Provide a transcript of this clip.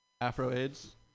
Afro-AIDS